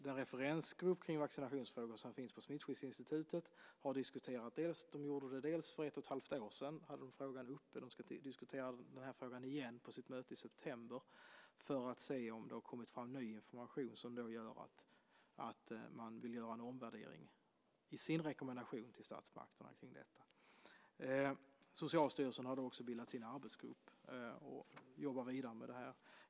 Den referensgrupp för vaccinationsfrågor som finns på Smittskyddsinstitutet hade frågan uppe för ett och ett halvt år sedan. De ska diskutera den igen på sitt möte i september för att se om det har kommit fram ny information som gör att man vill göra en omvärdering i sin rekommendation till statsmakterna kring detta. Socialstyrelsen har också bildat sin arbetsgrupp och jobbar vidare med det här.